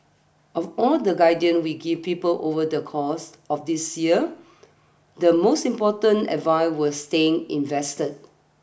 of all the guidance we give people over the course of this year the most important advice was staying invested